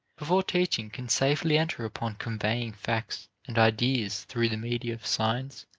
before teaching can safely enter upon conveying facts and ideas through the media of signs,